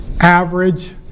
average